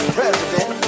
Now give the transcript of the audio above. president